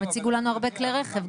הם הציגו לנו הרבה כלי רכב,